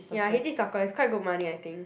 ya he teach soccer it's quite good money I think